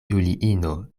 juliino